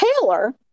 Taylor